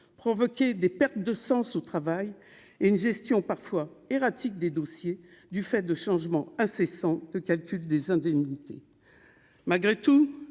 provoquer des pertes de sens au travail et une gestion parfois erratique des dossiers du fait de changements incessants de calcul des indemnités.